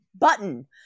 button